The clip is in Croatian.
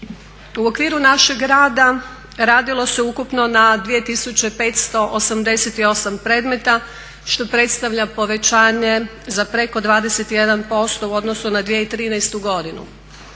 U okviru našeg rada radilo se ukupno na 2588 predmeta što predstavlja povećanje za preko 21% u odnosu na 2013. godinu.